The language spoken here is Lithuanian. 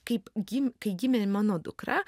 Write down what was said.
kaip gim kai gimė mano dukra